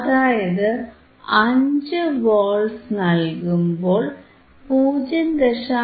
അതായത് 5 വോൾട്ട്സ് നൽകുമ്പോൾ 0